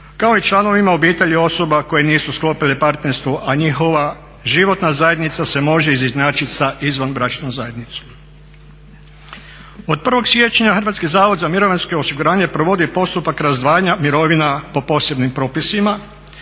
kao i članovima obitelji osoba koje nisu sklopile partnerstvo a njihova životna zajednica se može izjednačiti sa izvanbračnom zajednicom. Od 1. siječnja Hrvatski zavod za mirovinsko osiguranje provodi postupak razdvajanja mirovina po posebnim propisima